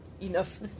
enough